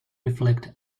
reflect